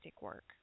work